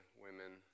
women